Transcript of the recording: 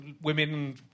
women